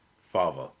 Father